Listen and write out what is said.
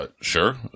sure